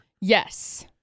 Yes